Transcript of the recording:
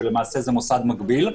שלמעשה זה מוסד מקביל,